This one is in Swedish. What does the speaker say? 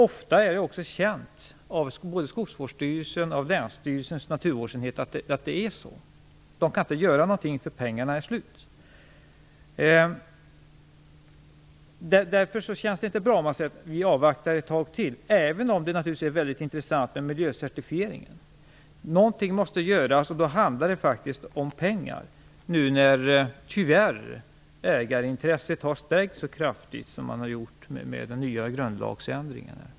Ofta är det också känt av både Skogsvårdsstyrelsen och Länsstyrelsens naturvårdsenhet att detta sker. De kan inte göra någonting därför att pengarna är slut. Därför känns det inte bra att höra att regeringen vill avvakta ett tag till, även om miljöcertifieringen naturligtvis är väldigt intressant. Någonting måste göras och då handlar det faktiskt om pengar. Tyvärr har ju ägarintresset stärkts kraftigt i och med den nya grundlagsändringen.